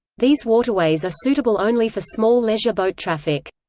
these waterways are suitable only for small leisure boat traffic.